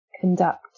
conduct